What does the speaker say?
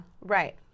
right